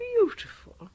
beautiful